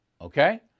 Okay